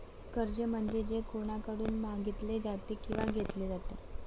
कर्ज म्हणजे जे कोणाकडून मागितले जाते किंवा घेतले जाते